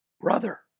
brother